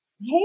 Hey